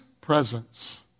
presence